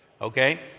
Okay